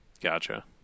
Gotcha